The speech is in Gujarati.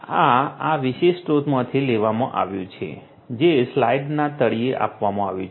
આ આ વિશિષ્ટ સ્ત્રોતમાંથી લેવામાં આવ્યું છે જે સ્લાઇડના તળિયે આપવામાં આવ્યું છે